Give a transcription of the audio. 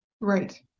Right